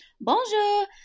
bonjour